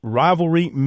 rivalry